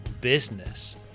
business